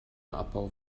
abbau